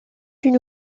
une